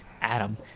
Adam